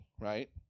right